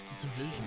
division